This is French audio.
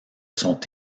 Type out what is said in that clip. sont